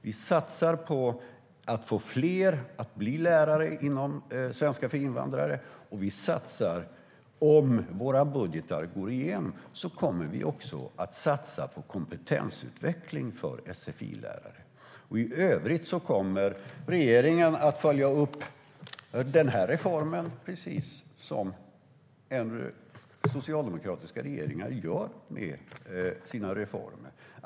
Vi satsar på att få fler att bli lärare inom svenska för invandrare, och om våra budgetar går igenom kommer vi också att satsa på kompetensutveckling för sfi-lärare. I övrigt kommer regeringen att följa upp reformen, precis som socialdemokratiska regeringar gör med sina reformer.